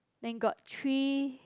then got three